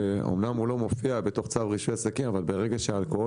שאמנם זה לא מופיע בתוך צו רישוי עסקים אבל ברגע שאלכוהול